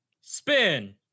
Spin